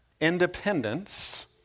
independence